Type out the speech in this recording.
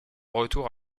retour